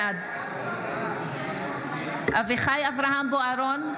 בעד אביחי אברהם בוארון,